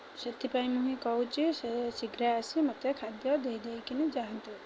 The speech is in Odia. ସେଥିପାଇଁ ମୁଁ ହିଁ କହୁଛି ସେ ଶୀଘ୍ର ଆସି ମୋତେ ଖାଦ୍ୟ ଦେଇ ଦେଇକିନି ଯାଆନ୍ତୁ